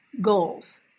goals